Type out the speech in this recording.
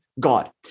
God